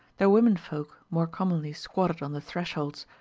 their women-folk more commonly squatted on the thresholds,